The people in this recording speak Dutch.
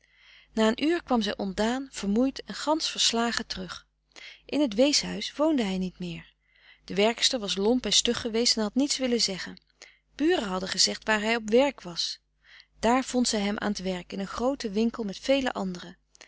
na een uur kwam zij ontdaan vermoeid en gansch verslagen terug in t weeshuis woonde hij niet meer de werkster was lomp en stug geweest en had niets willen zeggen buren hadden gezegd waar hij op werk was daar vond zij hem aan t werk in een grooten winkel met vele anderen